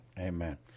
amen